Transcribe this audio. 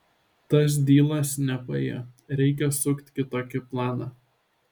tas dylas nepaėjo reikia sukt kitokį planą